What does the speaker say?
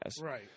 Right